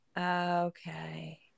Okay